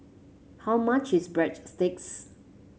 how much is Breadsticks